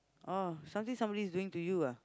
orh something somebody is doing to you ah